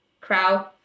crowd